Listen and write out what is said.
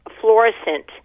fluorescent